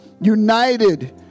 united